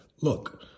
Look